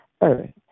earth